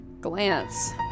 glance